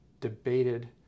debated